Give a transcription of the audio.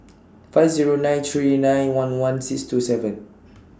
five Zero nine three nine one one six two seven